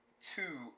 two